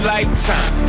Lifetime